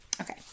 Okay